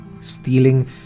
stealing